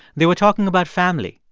they were talking about family,